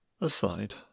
Aside